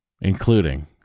including